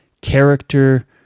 character